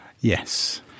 Yes